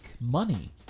money